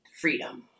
freedom